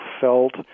felt